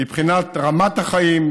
מבחינת רמת החיים,